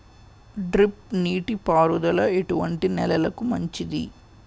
Drip నీటి పారుదల ఎటువంటి నెలలకు మంచిది?